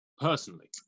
personally